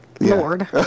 Lord